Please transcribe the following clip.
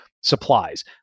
supplies